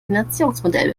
finanzierungsmodell